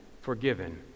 forgiven